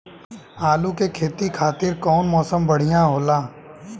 आलू के खेती खातिर कउन मौसम बढ़ियां होला?